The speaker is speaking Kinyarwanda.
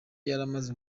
yaramaze